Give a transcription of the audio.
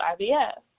IVF